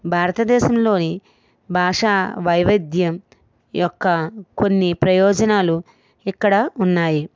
భారతదేశంలోని భాషా వైవిధ్యం యొక్క కొన్ని ప్రయోజనాలు ఇక్కడ ఉన్నాయి